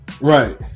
Right